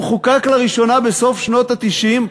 הוא חוקק לראשונה בסוף שנות ה-90,